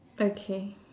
okay